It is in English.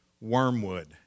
Wormwood